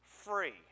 free